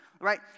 right